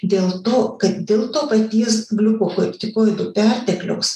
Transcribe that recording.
dėl to kad dėl to paties gliukokortikoidų pertekliaus